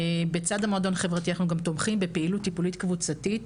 בצד המועדון החברתי אנחנו גם תומכים בפעילות טיפולית קבוצתית,